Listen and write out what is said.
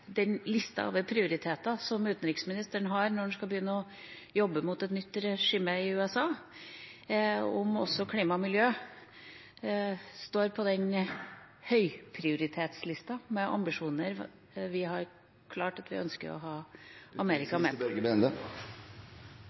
den lista over prioriteter som utenriksministeren har når han skal begynne å jobbe mot et nytt regime i USA: Står også klima og miljø på den høyprioritetslista over ambisjoner som det er klart at vi ønsker å ha Amerika